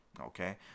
Okay